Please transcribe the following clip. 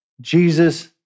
Jesus